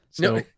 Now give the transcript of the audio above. No